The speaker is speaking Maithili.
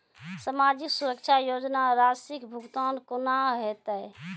समाजिक सुरक्षा योजना राशिक भुगतान कूना हेतै?